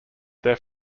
their